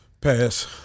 pass